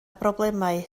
broblemau